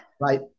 right